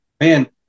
man